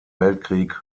weltkrieg